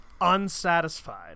unsatisfied